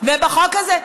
ובחוק הזה,